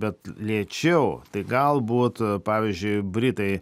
bet lėčiau tai galbūt pavyzdžiui britai